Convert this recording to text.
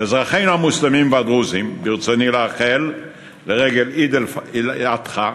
לאזרחינו המוסלמים והדרוזים ברצוני לאחל לרגל עיד אל-אדחא: